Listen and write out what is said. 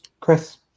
Chris